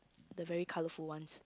the very colourful ones